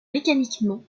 mécaniquement